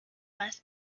bus